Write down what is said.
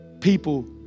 people